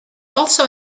also